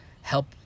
help